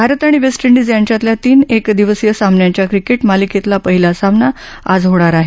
भारत आणि West Indies यांच्यातल्या तीन एक दिवसीय सामन्यांच्या क्रिकेट मालिकेतला पहिला सामना आज होणार आहे